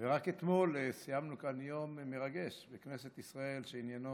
ורק אתמול סיימנו כאן יום מרגש בכנסת ישראל שעניינו